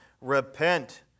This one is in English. repent